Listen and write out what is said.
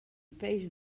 peix